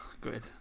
Good